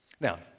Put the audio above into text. Now